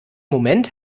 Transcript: moment